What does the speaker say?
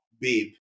Babe